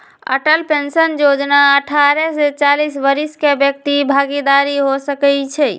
Atal pension जोजना अठारह से चालीस वरिस के व्यक्ति भागीदार हो सकइ छै